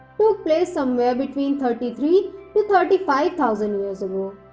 took place somewhere between thirty three to thirty five thousands years ago.